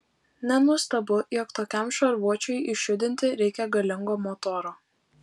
nenuostabu jog tokiam šarvuočiui išjudinti reikia galingo motoro